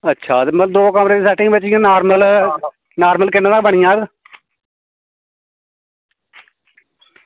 अच्छा मतलब दौ कमरे दी सेटिंग बिच गै नॉर्मल किन्ने दा बनी जाह्ग